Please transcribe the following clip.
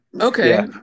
Okay